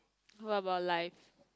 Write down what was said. what about life